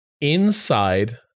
inside